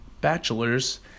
bachelor's